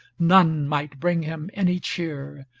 none might bring him any cheer,